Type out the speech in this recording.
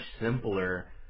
simpler